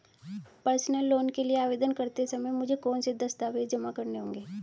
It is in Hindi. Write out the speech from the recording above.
पर्सनल लोन के लिए आवेदन करते समय मुझे कौन से दस्तावेज़ जमा करने होंगे?